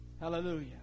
Hallelujah